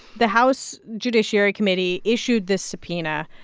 the house judiciary committee issued the subpoena.